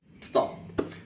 Stop